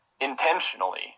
intentionally